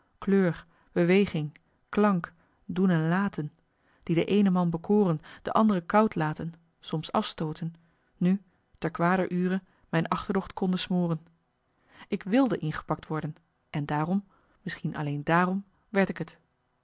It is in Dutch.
kleur beweging klank doen en laten die de eene man bekoren de andere koud laten soms afstooten nu te kwader ure mijn achterdocht konden smoren ik wilde ingepakt worden en daarom misschien alleen daarom werd ik t